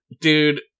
Dude